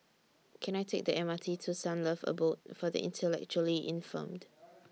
Can I Take The M R T to Sunlove Abode For The Intellectually Infirmed